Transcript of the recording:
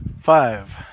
Five